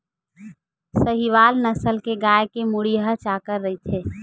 साहीवाल नसल के गाय के मुड़ी ह चाकर रहिथे